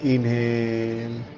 Inhale